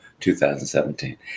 2017